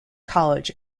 college